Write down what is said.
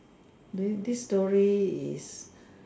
then this story is